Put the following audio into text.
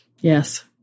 Yes